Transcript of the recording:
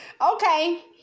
Okay